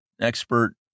expert